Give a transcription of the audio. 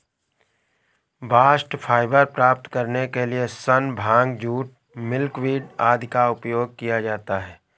bast fibre प्राप्त करने के लिए सन, भांग, जूट, मिल्कवीड आदि का उपयोग किया जाता है